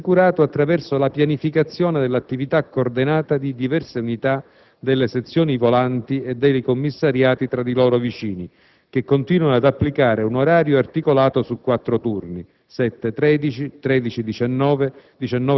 Il pattugliamento notturno viene invece assicurato attraverso la pianificazione dell'attività coordinata di diverse unità della sezione volanti e dei commissariati tra loro vicini, che continuano ad applicare un orario articolato su quattro turni